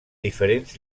diferents